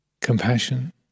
compassion